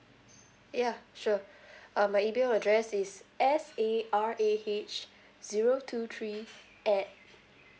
ya sure uh my email address is S A R A H zero two three at